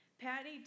Patty